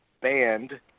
banned